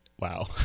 Wow